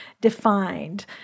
defined